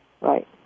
Right